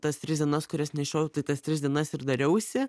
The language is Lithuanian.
tas tris dienas kurias nešiojau tai tas tris dienas ir dariausi